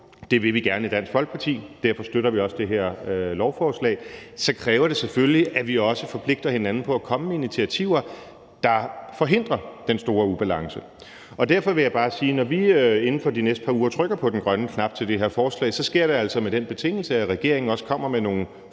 det vil vi gerne i Dansk Folkeparti, og derfor støtter vi også det her lovforslag, kræver det selvfølgelig, at vi også forpligter hinanden på at komme med initiativer, der forhindrer den store ubalance. Derfor vil jeg bare sige, at når vi inden for de næste par uger trykker på den grønne knap til det her forslag, sker det altså med den betingelse, at regeringen også kommer med nogle forslag til,